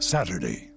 Saturday